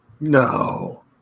No